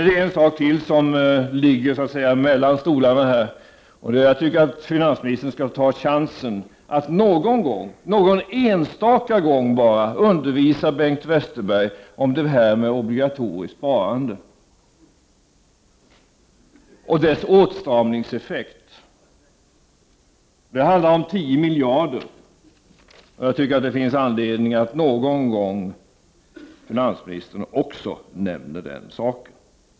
Det finns ytterligare en fråga som ligger mellan stolarna här. Jag tycker att finansministern någon enstaka gång skall ta chansen att undervisa Bengt Westerberg om obligatoriskt sparande och dess åtstramningseffekt. Det handlar om 10 miljarder kronor. Jag tycker att det finns anledning för finansministern att också nämna den saken någon gång.